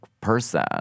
person